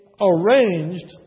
arranged